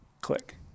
click